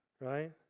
right